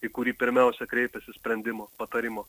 į kurį pirmiausia kreipiasi sprendimo patarimo